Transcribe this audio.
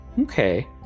okay